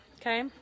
okay